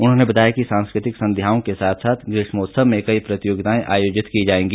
उन्होंने बताया कि सांस्कृतिक संध्याओं के साथ साथ ग्रीष्मोत्सव में कई प्रतियोगिताएं आयोजित की जाएगी